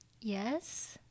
Yes